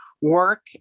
work